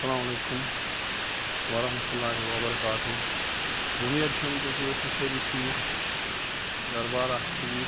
اَلسلامُ علیکُم وَرحمتُہ اللہِ وَبَرکاتُہ اُمید چھیٚم کہِ تُہۍ ٲسِو سٲری ٹھیٖک گھرٕ بار آسہِ ٹھیٖک